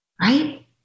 right